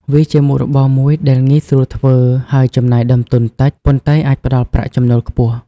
វាជាមុខរបរមួយដែលងាយស្រួលធ្វើ ហើយចំណាយដើមទុនតិច ប៉ុន្តែអាចផ្តល់ប្រាក់ចំណូលខ្ពស់។